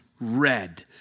red